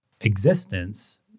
existence